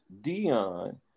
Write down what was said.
Dion